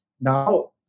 Now